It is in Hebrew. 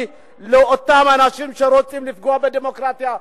לאותם אנשים שרוצים לפגוע בדמוקרטיה.